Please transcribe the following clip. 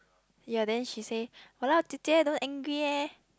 ya then she say !walao! Jie-Jie don't angry eh